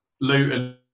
Luton